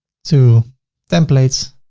to templates,